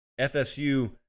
FSU